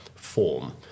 Form